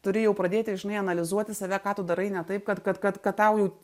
turi jau pradėti žinai analizuoti save ką tu darai ne taip kad kad kad tau jau